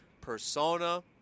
persona